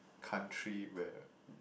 country where